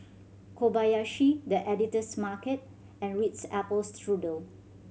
Kobayashi The Editor's Market and Ritz Apple Strudel